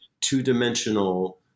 two-dimensional